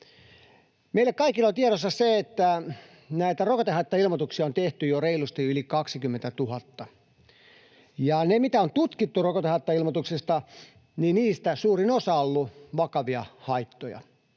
Meillä kaikilla on tiedossa se, että näitä rokotehaittailmoituksia on tehty jo reilusti yli 20 000. Niistä rokotehaittailmoituksista, mitä on tutkittu, suurin osa on ollut vakavia haittoja.